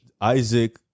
Isaac